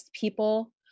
people